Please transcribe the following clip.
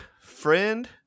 friend